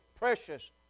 precious